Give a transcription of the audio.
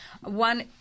One